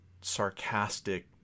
sarcastic